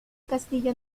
castillo